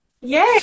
Yay